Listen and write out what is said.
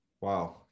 Wow